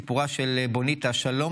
סור מֵרע וַעֲשה טוב בקש שלום